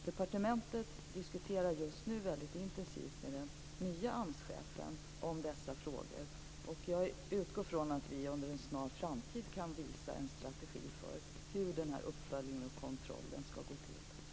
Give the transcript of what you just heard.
Departementet diskuterar just nu dessa frågor intensivt med den nye AMS-chefen, och jag utgår från att vi inom en snar framtid kan visa en strategi för hur den här uppföljningen och kontrollen skall gå till.